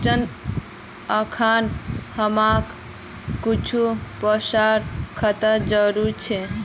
चंदन अखना हमाक कुछू पैसार सख्त जरूरत छ